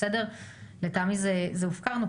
לטעמי הופקרנו,